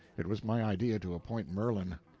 it was my idea to appoint merlin.